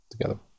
together